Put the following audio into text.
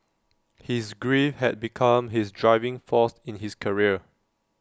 his grief had become his driving force in his career